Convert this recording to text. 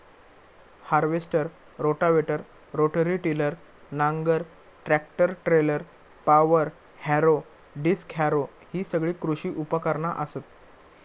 harvester, rotavator, rotary tiller, नांगर, tractor trailer, power harrow, disc harrow हि सगळी कृषी उपकरणा असत